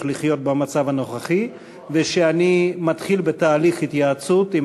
לחיות במצב הנוכחי ושאני מתחיל בתהליך התייעצות עם